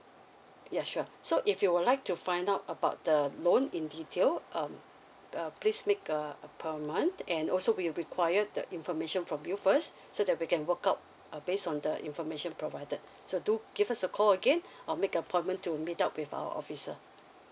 yeah sure so if you would like to find out about the loan in details um uh please make a per month and also we require the information from you first so that we can work out uh based on the information provided so do give us a call again or make appointment to meet up with our officer